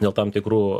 dėl tam tikrų